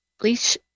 please